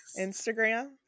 Instagram